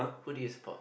who do you support